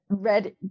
Red